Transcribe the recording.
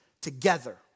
together